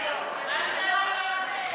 עבד אל חכים